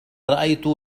رأيت